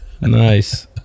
Nice